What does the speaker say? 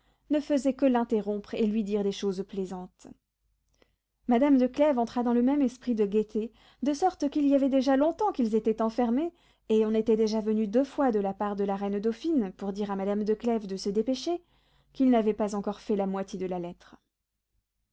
ne faisait que l'interrompre et lui dire des choses plaisantes madame de clèves entra dans le même esprit de gaieté de sorte qu'il y avait déjà longtemps qu'ils étaient enfermés et on était déjà venu deux fois de la part de la reine dauphine pour dire à madame de clèves de se dépêcher qu'ils n'avaient pas encore fait la moitié de la lettre